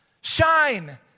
Shine